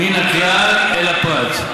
מן הכלל אל הפרט.